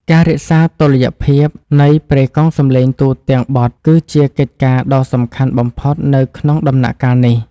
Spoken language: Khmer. ការរក្សាតុល្យភាពនៃប្រេកង់សំឡេងទូទាំងបទគឺជាកិច្ចការដ៏សំខាន់បំផុតនៅក្នុងដំណាក់កាលនេះ។